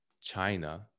China